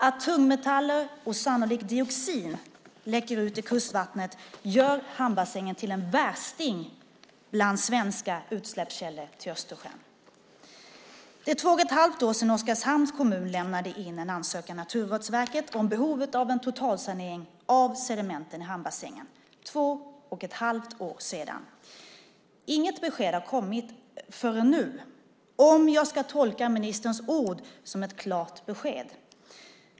Att tungmetaller och sannolikt dioxin läcker ut i kustvattnet gör hamnbassängen till en värsting bland svenska utsläppskällor till Östersjön. Det är två och ett halvt år sedan Oskarshamns kommun lämnade in en ansökan till Naturvårdsverket om behovet av en totalsanering av sedimenten i hamnbassängen - två och ett halvt år sedan. Inget besked har kommit förrän nu, om jag ska tolka ministerns ord som ett klart besked.